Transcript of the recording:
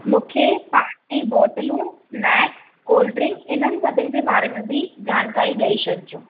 मूंखे पाणीअ जूं बॉटलूं स्नेक्स कोल्ड ड्रिंक्स इन्हनि सभिनि जे बारे में बि जानकारी ॾेई छॾिजो